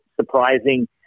surprising